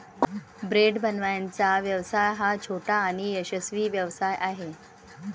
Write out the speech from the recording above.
bread बनवण्याचा व्यवसाय हा छोटा आणि यशस्वी व्यवसाय आहे